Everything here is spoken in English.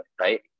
right